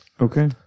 Okay